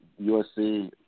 USC